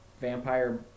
vampire